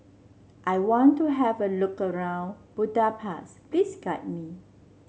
I want to have a look around Budapest please guide me